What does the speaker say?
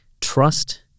trust